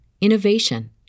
innovation